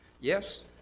Yes